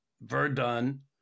Verdun